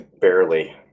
Barely